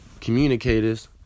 communicators